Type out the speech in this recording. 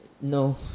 no